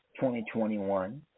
2021